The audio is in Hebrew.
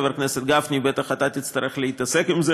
חבר הכנסת גפני, בטח אתה תצטרך להתעסק עם זה